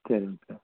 சரிங் சார்